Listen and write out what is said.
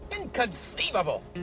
Inconceivable